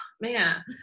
man